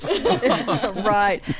right